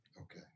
Okay